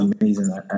amazing